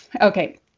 Okay